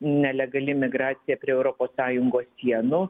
nelegali migracija prie europos sąjungos sienų